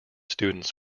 students